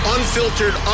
Unfiltered